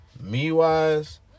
me-wise